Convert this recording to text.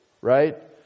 Right